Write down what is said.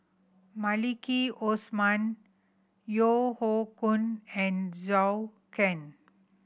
Maliki Osman Yeo Hoe Koon and Zhou Can